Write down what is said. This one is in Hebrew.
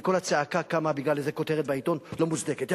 וכל הצעקה קמה בגלל איזו כותרת לא מוצדקת בעיתון.